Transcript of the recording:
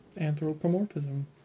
Anthropomorphism